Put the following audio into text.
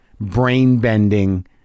brain-bending